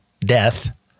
death